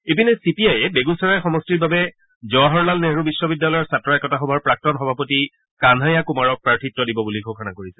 ইপানে C P আইয়ে বেগুচৰাই সমষ্টিৰ বাবে জৱহৰলাল নেহৰু বিশ্ববিদ্যালয়ৰ ছাত্ৰ একতা সভাৰ প্ৰাক্তন সভাপতি কানহাইয়া কুমাৰক প্ৰাৰ্থিত্ব দিব বুলি ঘোষণা কৰিছে